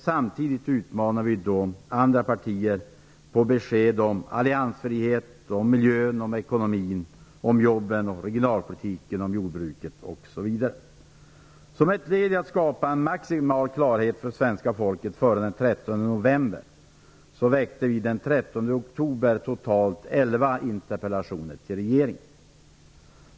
Samtidigt utmanade vi då andra partier på besked om alliansfriheten, om miljön, om ekonomin, om jobben, om regionalpolitiken, om jordbruket osv. Som ett led i att skapa en maximal klarhet för svenska folket före den 13 november framställde vi den 13 oktober totalt elva interpellationer till regeringen.